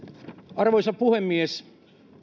arvoisa puhemies